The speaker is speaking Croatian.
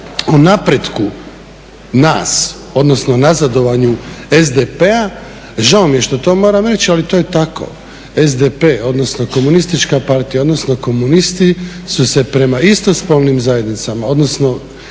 o napretku nas, odnosno nazadovanju SDP-a, žao mi je što to moram reći ali to je tako, SDP-a odnosno komunistička partija, odnosno komunisti su se prema istospolnim zajednicama, odnosno